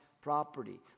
property